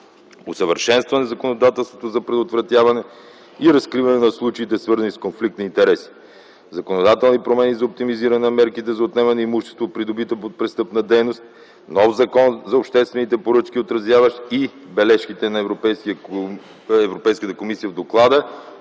усъвършенстване на законодателството за предотвратяване и разкриване на случаите, свързани с конфликт на интереси, законодателни промени за оптимизиране на мерките за отнемане на имущество, придобито от престъпна дейност, нов Закон за обществените поръчки, отразяващ и бележките на Европейската комисия в доклада